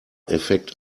effekt